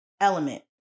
element